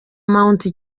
mount